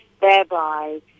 thereby